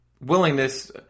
willingness